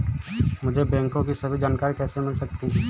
मुझे बैंकों की सभी जानकारियाँ कैसे मिल सकती हैं?